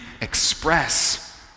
express